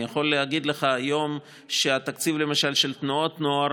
אני יכול להגיד לך היום שהתקציב של תנועות הנוער,